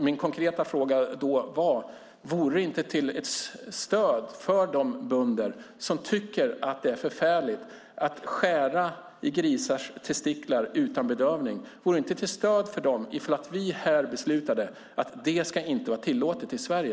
Min konkreta fråga var: Skulle det inte vara ett stöd för de bönder som tycker att det är förfärligt att utan bedövning skära i grisars testiklar om vi här beslutade att det inte ska vara tillåtet i Sverige?